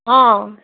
অঁ